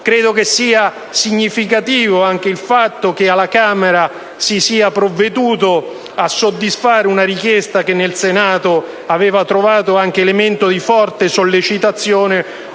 ritengo significativo anche il fatto che alla Camera si sia provveduto a soddisfare una richiesta che nel Senato aveva trovato elementi di forte sollecitazione,